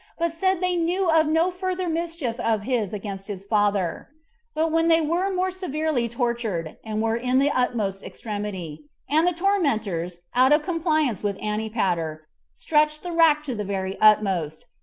but said they knew of no further mischief of his against his father but when they were more severely tortured, and were in the utmost extremity, and the tormentors, out of compliance with antipater, stretched the rack to the very utmost,